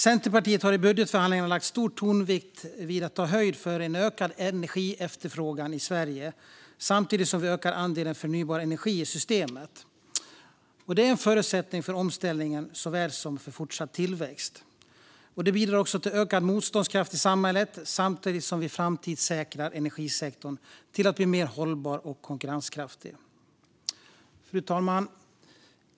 Centerpartiet har i budgetförhandlingarna lagt stor vikt vid att ta höjd för en ökad energiefterfrågan i Sverige samtidigt som vi ökar andelen förnybar energi i systemet. Det är en förutsättning för omställningen såväl som för fortsatt tillväxt. Det bidrar också till ökad motståndskraft i samhället samtidigt som vi framtidssäkrar energisektorn till att bli mer hållbar och konkurrenskraftig. Fru talman!